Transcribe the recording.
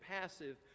passive